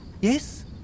Yes